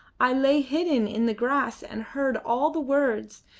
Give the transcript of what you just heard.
i lay hidden in the grass and heard all the words.